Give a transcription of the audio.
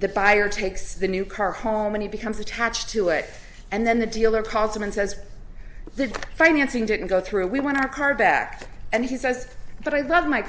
the buyer takes the new car home and he becomes attached to it and then the dealer calls him and says the financing didn't go through we want our car back and he says but i love my